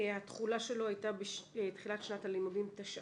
התחולה שלו הייתה בתחילת שנת הלימודים תשע"ט.